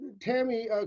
Tammy